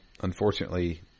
unfortunately